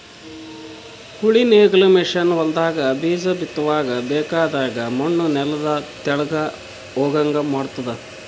ಉಳಿ ನೇಗಿಲ್ ಮಷೀನ್ ಹೊಲದಾಗ ಬೀಜ ಬಿತ್ತುವಾಗ ಬೇಕಾಗದ್ ಮಣ್ಣು ನೆಲದ ತೆಳಗ್ ಹೋಗಂಗ್ ಮಾಡ್ತುದ